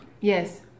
Yes